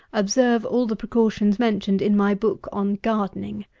observe all the precautions mentioned in my book on gardening.